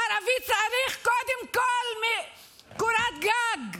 ערבי צריך קודם כול קורת גג,